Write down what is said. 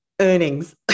earnings